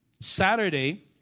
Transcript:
Saturday